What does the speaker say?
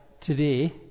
today